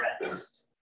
rest